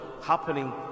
happening